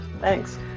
Thanks